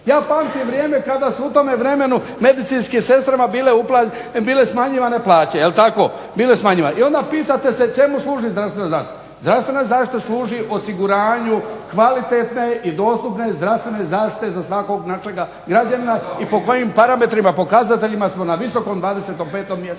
Ja pamtim vrijeme kada su u tome vremenu medicinskim sestrama bile smanjivane plaće. Jel' tako? Bile smanjivane. I onda pitate se čemu služi zdravstvena zaštita. Zdravstvena zaštita služi osiguranju kvalitetne i dostupne zdravstvene zaštite za svakog našeg građanina i po kojim parametrima, pokazateljima smo na visokom 25 mjestu